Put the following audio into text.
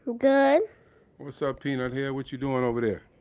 good what's up, peanut head? what you doing over there?